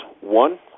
One